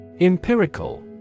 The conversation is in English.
Empirical